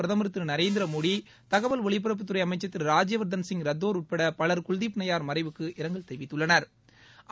பிரதமர் திரு நரேந்திரமோடி தகவல் ஒளிபரப்பு துறை அமைச்சர் திரு ராஜ்யவர்த்தன் சிங் ரத்தோர் உட்பட பல் குல்தீப் நையாா் மறைவுக்கு இரங்கல் தெரிவித்துள்ளனா்